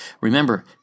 Remember